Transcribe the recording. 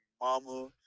mama